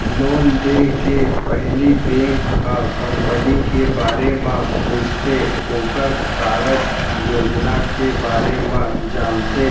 loan देय के पहिली बेंक ह कंपनी के बारे म पूछथे ओखर कारज योजना के बारे म जानथे